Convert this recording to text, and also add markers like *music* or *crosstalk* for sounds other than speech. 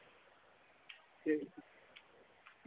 *unintelligible*